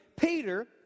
Peter